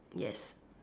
yes